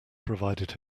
provided